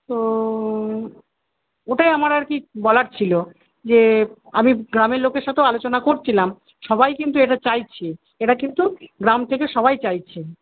তো ওটাই আমার আরকি বলার ছিল যে আমি গ্রামের লোকের সঙ্গেও আলোচনা করছিলাম সবাই কিন্তু এটা চাইছে এটা কিন্তু গ্রাম থেকে সবাই চাইছে